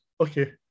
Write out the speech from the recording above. Okay